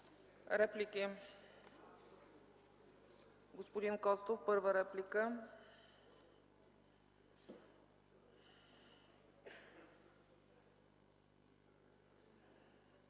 Реплики? Господин Костов – първа реплика.